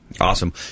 Awesome